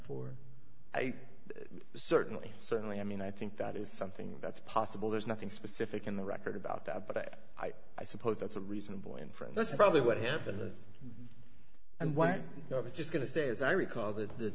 four i certainly certainly i mean i think that is something that's possible there's nothing specific in the record about that but i i i suppose that's a reasonable inference that's probably what happened and what i was just going to say as i recall th